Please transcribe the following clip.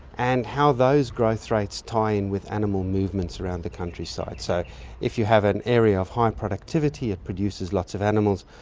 and how those growth rates tie in with animal movements around the countryside. so if you have an area of high productivity, it produces lots of animals.